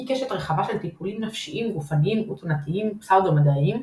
היא קשת רחבה של טיפולים נפשיים גופניים ותזונתים פסאודו-מדעיים,